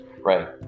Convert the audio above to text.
Right